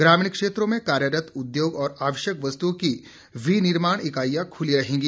ग्रामीण क्षेत्रों में कार्यरत उद्योग और आवश्यक वस्तुओं की विनिर्माण इकाईयां खुली रहेंगी